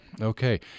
Okay